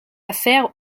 affaire